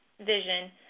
vision